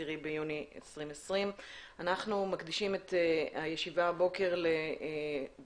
היום 10 ביוני 2020. אנחנו מקדישים את הישיבה הבוקר לדיון